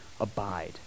abide